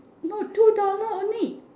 no two dollar only